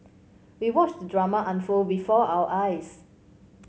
we watched the drama unfold before our eyes